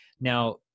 Now